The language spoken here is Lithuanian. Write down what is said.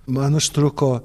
man užtruko